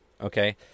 Okay